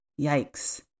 Yikes